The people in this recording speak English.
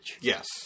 Yes